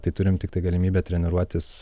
tai turim tiktai galimybę treniruotis